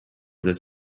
this